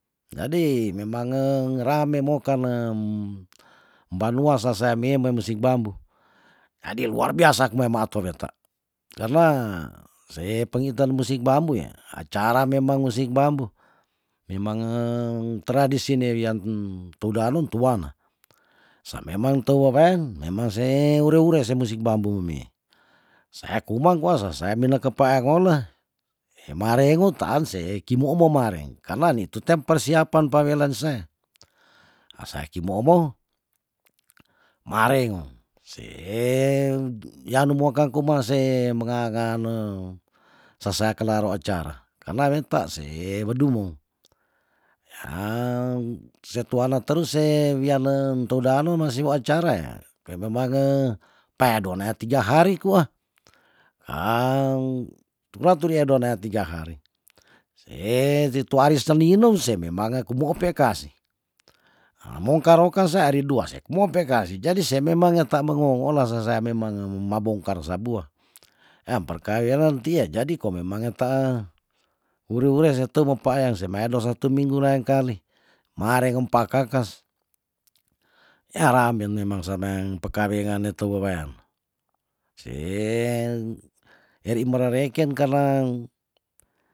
Jadi memange rame mokanem banua saseamime musik bambu jadi luar biasa kume meato weta karna se pengitan musik bambue acara memang musik bambu memangeng tradisi ne wian toudanou tu wanga sa memang tewewen memang se ure ure se musik bambu mome seakumang kwa sesea mina kepaangola meima rengu taanse kimumomare karna nitute persiapan pawelan se asei kimoumou mareng se yanu mokangkomase mengangane sasea kelaro acara karna weta se wedungu yah se tuana teruse wianeng toudanou nase waacarae pememange pedone tiga hari kua ah tumlah tu dinia donea tiga hari se- se tu hari seninu sei memange kumoo pea kasih ha mongkaroka seari dua sekmo pekasi jadi se memang eta mengoola sesea memange mabongkar sabua yah perkawenan ti yah jadi komemang etae wuriwure se teumo pa yang semei do satu minggu naengkali marenge mpakakas yah rame memang seneng pekawengan nitu wewaian se eri mererekeng karnang